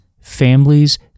families